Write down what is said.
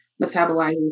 metabolizes